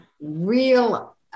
real